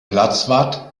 platzwart